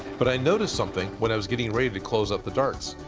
but i noticed something when i was getting ready to close up the darts.